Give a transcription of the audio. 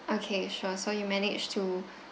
okay sure so you manage to